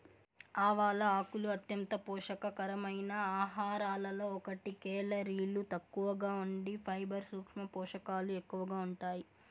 ఆవాల ఆకులు అంత్యంత పోషక కరమైన ఆహారాలలో ఒకటి, కేలరీలు తక్కువగా ఉండి ఫైబర్, సూక్ష్మ పోషకాలు ఎక్కువగా ఉంటాయి